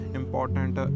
important